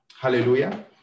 hallelujah